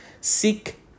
Seek